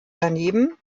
daneben